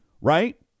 Right